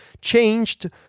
changed